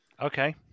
okay